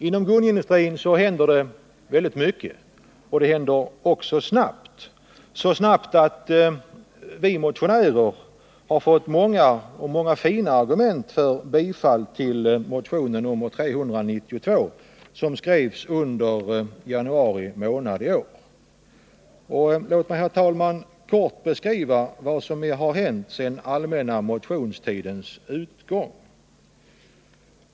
Inom gummiindustrin händer det nämligen väldigt mycket och det händer snabbt. Därför får vi som motionärer många och fina argument som talar för ett bifall till motion 392, som skrevs under i januari Låt mig, herr talman, beskriva vad som hänt efter den allmänna motionstidens utgång.